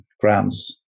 grams